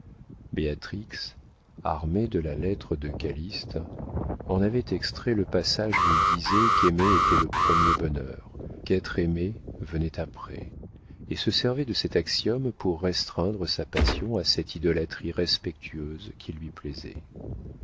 béatrix armée de la lettre de calyste en avait extrait le passage où il disait qu'aimer était le premier bonheur qu'être aimé venait après et se servait de cet axiome pour restreindre sa passion à cette idolâtrie respectueuse qui lui plaisait